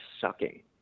sucking